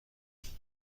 کنیم